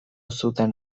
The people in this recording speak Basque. zuten